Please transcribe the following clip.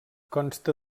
consta